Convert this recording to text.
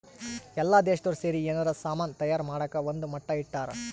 ಎಲ್ಲ ದೇಶ್ದೊರ್ ಸೇರಿ ಯೆನಾರ ಸಾಮನ್ ತಯಾರ್ ಮಾಡಕ ಒಂದ್ ಮಟ್ಟ ಇಟ್ಟರ